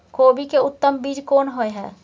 कोबी के उत्तम बीज कोन होय है?